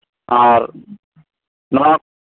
ᱟᱨ ᱱᱚᱣᱟ